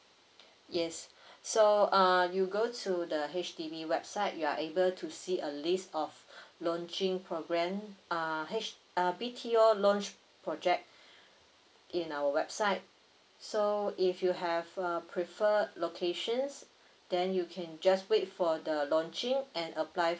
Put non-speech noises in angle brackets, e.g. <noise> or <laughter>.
yes <breath> so uh you go to the H_D_B website you are able to see a list of <breath> launching program err H uh B_T_O launched project <breath> in our website so if you have a prefer locations then you can just wait for the launching and apply